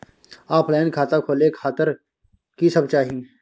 Offline खाता खोले खातिर की सब चाही?